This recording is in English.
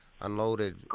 unloaded